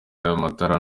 amatara